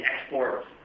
exports